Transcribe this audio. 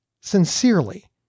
sincerely